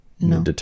No